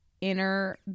inner